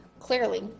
Clearly